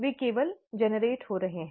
वे केवल उत्पन्न हो रहे हैं